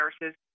nurses